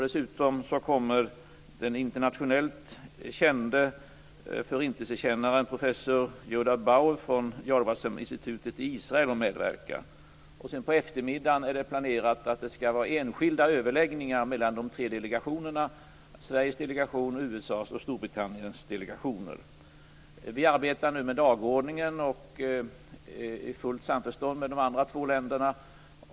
Dessutom kommer den internationellt kände Förintelsekännaren professor Yehuda Bauer från Yad Vashem-institutet i Israel att medverka. På eftermiddagen är det planerat att det skall vara enskilda överläggningar mellan de tre delegationerna, dvs. Sveriges, USA:s och Storbritanniens delegationer. Vi arbetar nu med dagordningen i fullt samförstånd med de andra två länderna.